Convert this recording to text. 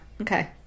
okay